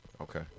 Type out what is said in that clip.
Okay